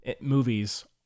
movies